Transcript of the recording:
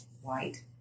white